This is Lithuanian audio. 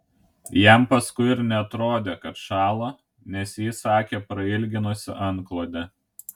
jam paskui ir neatrodė kad šąla nes ji sakė prailginusi antklodę